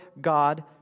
God